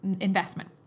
investment